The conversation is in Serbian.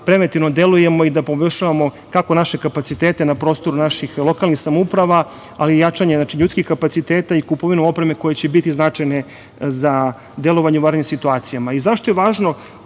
preventivno delujemo i da poboljšavamo, kako naše kapacitete na prostoru naših lokalnih samouprava, ali i jačanje ljudskih kapaciteta i kupovinu opreme koja će biti značajna za delovanje u vanrednim situacijama.Zašto je važno